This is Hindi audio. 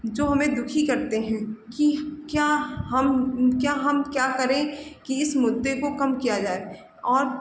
जो हमें दुखी करते हैं कि क्या हम क्या हम क्या करें कि इस मुद्दे को कम किया जाए और